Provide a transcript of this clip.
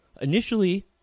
initially